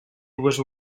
dues